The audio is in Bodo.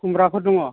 खुमब्राफोर दङ